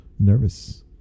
nervous